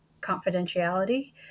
confidentiality